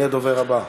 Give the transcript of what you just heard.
הדובר הבא,